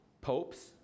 popes